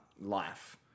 life